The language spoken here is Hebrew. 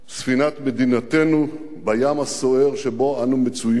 ספינת מדינתנו בים הסוער שבו אנו מצויים.